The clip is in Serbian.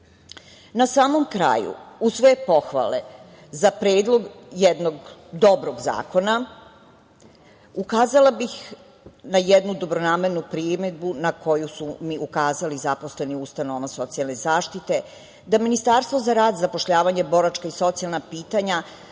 samom kraju, uz sve pohvale za predlog jednog dobrog zakona, ukazala bih na jednu dobronamernu primedbu na koju su mi ukazali zaposleni u ustanovama socijalne zaštite da Ministarstvo za rad, zapošljavanje, boračka i socijalna pitanja